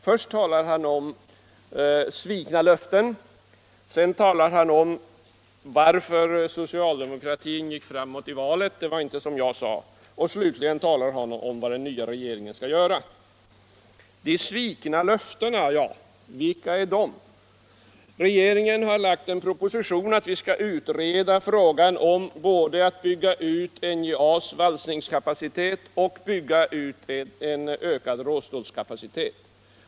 Först talar han om svikna löften, sedan varför socialdemo Allmänpolitisk debatt — kraterna gick framåt i valet — det förhöll sig inte som jag sade — och slutligen talar han om vad den nya regeringen skall göra. De svikna löftena — vilka är de? Regeringen har lagt en proposition om altt vi skall utreda frågan om både att bygga ut NJA:s valsningskapacitet och att bygga ut råstålskapaciteten.